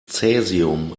cäsium